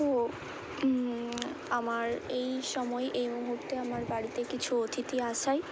তো আমার এই সময় এই মুহূর্তে আমার বাড়িতে কিছু অতিথি আসায়